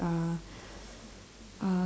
are uh